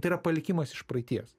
tai yra palikimas iš praeities